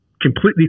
completely